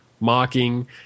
mocking